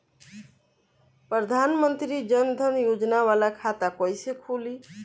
प्रधान मंत्री जन धन योजना वाला खाता कईसे खुली?